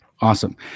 Awesome